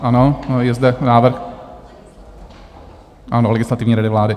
Ano, je zde návrh, ano, Legislativní rady vlády.